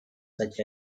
such